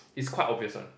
it's quite obvious one